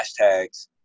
hashtags